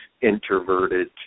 introverted